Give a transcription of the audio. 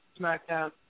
SmackDown